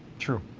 true!